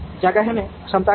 जगह में क्षमता के लिए